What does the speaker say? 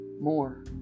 more